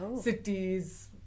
cities